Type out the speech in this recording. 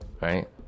right